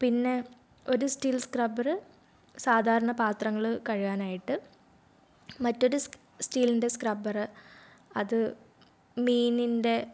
പിന്നെ ഒരു steel scrubber സാധാരണ പാത്രങ്ങൾ കഴുകാനായിട്ട് മറ്റൊരു സ്റ്റീലിൻ്റെ സ്ക്രബ്ബർ അത് മീനിൻ്റെ